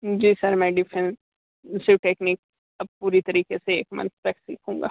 जी sir मैं defensive technique पूरी तरीके से एक मंथ तक सीखूँगा